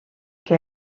que